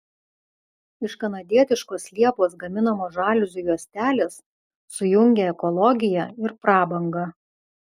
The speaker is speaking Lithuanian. iš kanadietiškos liepos gaminamos žaliuzių juostelės sujungia ekologiją ir prabangą